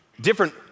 different